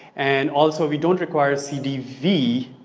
and also, we don't require cdv,